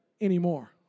anymore